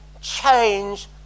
change